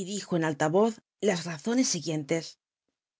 y dijo en alta yoz las rawncs siguien